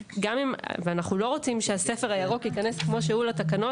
אנחנו לא רוצים שהספר הירוק ייכנס לתקנות כמו שהוא.